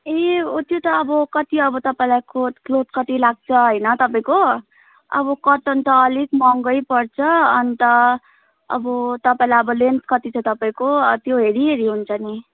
ए ऊ त्यो त अब कति अब तपाईँलाई कति क्लोथ लाग्छ होइन तपाईँको अब कटन त अलिक महँगै पर्छ अन्त अब तपाईँलाई अब लेन्थ कति छ तपाईँ को त्यो हेरि होरि हुन्छ नि